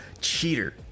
Cheater